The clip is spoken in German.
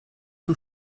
zum